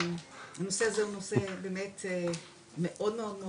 הנושא הזה הוא נושא באמת מאוד מאוד מאוד